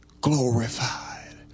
glorified